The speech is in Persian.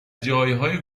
جایهای